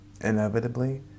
inevitably